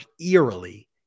eerily